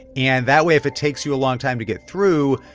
and that way, if it takes you a long time to get through,